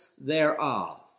thereof